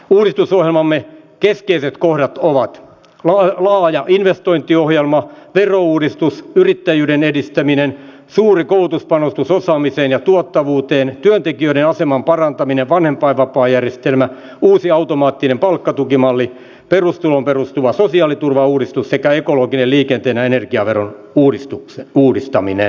uudistusohjelmamme keskeiset kohdat ovat laaja investointiohjelma verouudistus yrittäjyyden edistäminen suuri koulutuspanostus osaamiseen ja tuottavuuteen työntekijöiden aseman parantaminen vanhempainvapaajärjestelmä uusi automaattinen palkkatukimalli perustuloon perustuva sosiaaliturvauudistus sekä ekologinen liikenteen ja energiaveron uudistaminen